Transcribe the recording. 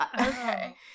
Okay